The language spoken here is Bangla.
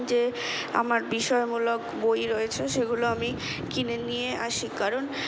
যে আমার বিষয়মূলক বই রয়েছে সেগুলো আমি কিনে নিয়ে আসি কারণ